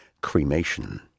cremation